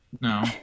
No